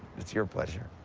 it's your pleasure.